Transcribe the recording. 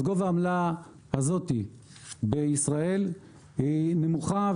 אז גובה העמלה הזאת בישראל נמוכה,